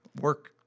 work